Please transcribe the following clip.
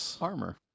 armor